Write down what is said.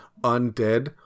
undead